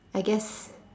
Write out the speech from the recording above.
I guess